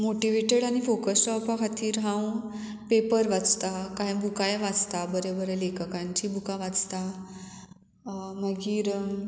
motivated आनी focused जावपा खातीर हांव पेपर वाचतां कांय बुकाय वाचता बरे बरे लेखकांची बुकां वाचतां मागीर